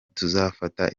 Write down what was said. tuzafata